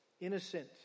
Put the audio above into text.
innocent